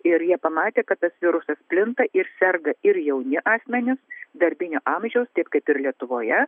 ir jie pamatė kad tas virusas plinta ir serga ir jauni asmenys darbinio amžiaus taip kaip ir lietuvoje